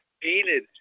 painted